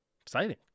Exciting